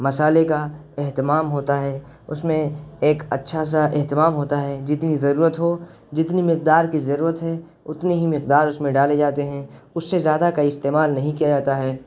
مصالحے کا اہتمام ہوتا ہے اس میں ایک اچھا سا اہتمام ہوتا ہے جتنی ضرورت ہو جتنی مقدار کی ضرورت ہے اتنے ہی مقدار اس میں ڈالے جاتے ہیں اس سے زیادہ کا استعمال نہیں کیا جاتا ہے